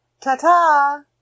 Ta-ta